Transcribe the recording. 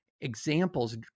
examples